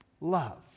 love